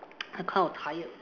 I kind of tired